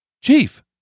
Chief